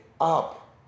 up